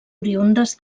oriündes